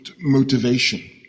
motivation